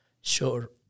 Sure